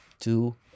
two